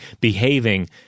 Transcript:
behaving